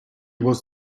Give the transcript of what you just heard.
was